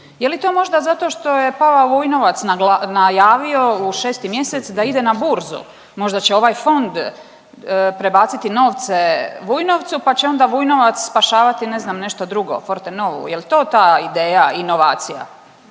Je li to možda zato što je Pavao Vujnovac nagla… najavio u 6. mjesec da ide na burzu? Možda će ovaj fond prebaciti novce Vujnovcu pa će onda Vujnovac spašavati nešto drugo, Fortenovu jel to ta ideja inovacija?